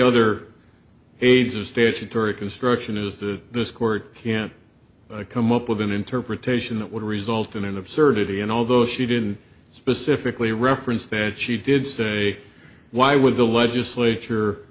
other aides or statutory construction is the court come up with an interpretation that would result in an absurdity and although she didn't specifically reference there she did say why would the legislature